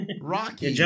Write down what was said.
Rocky